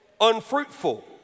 unfruitful